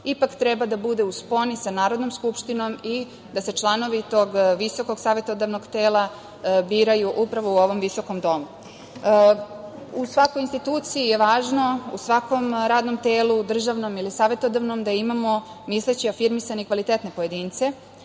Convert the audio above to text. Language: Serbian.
ipak treba da bude u sponi sa Narodnom skupštinom i da se članovi tog visokog savetodavnog tela biraju upravo u ovom visokom domu.U svakoj instituciji je važno, u svakom radnom telu, državnom ili savetodavnom, da imamo misleće, afirmisane i kvalitetne pojedince